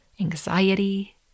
anxiety